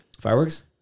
Fireworks